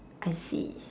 I see